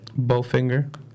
Bowfinger